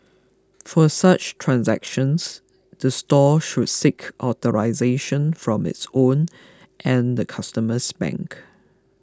for such transactions the store should seek authorisation from its own and the customer's bank